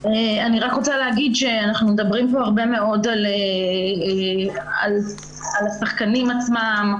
אני רק רוצה להגיד שאנחנו מדברים פה הרבה מאוד על השחקנים עצמם,